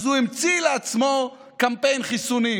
אז הוא המציא לעצמו קמפיין חיסונים.